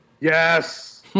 Yes